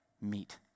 meet